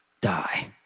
die